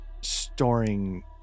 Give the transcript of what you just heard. storing